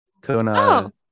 Kona